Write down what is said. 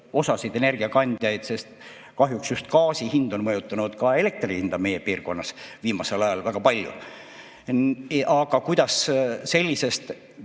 osa energiakandjaid. Kahjuks just gaasi hind on mõjutanud ka elektri hinda meie piirkonnas viimasel ajal väga palju. Aga kuidas sellisest